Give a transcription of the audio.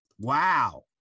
Wow